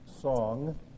song